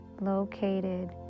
located